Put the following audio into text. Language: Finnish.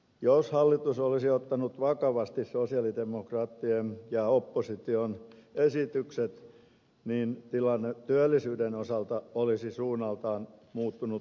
jos hallitus olisi ottanut vakavasti sosialidemokraattien ja opposition esitykset niin tilanne työllisyyden osalta olisi suunnaltaan muuttunut toisenlaiseksi